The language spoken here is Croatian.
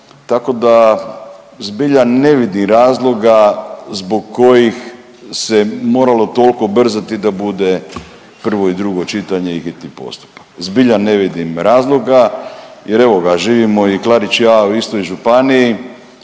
tako da zbilja ne vidim razloga zbog kojih se moralo toliko brzati da bude prvo i drugo čitanje i hitni postupak. Zbilja ne vidim razloga, jer evo ga živimo i Klarić i ja u istoj županiji,